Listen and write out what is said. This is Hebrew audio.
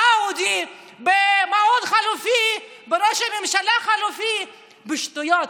באאודי, במעון חליפי, בראש ממשלה חליפי, בשטויות.